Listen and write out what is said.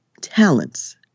talents